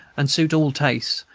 and suit all tastes,